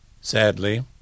Sadly